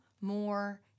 more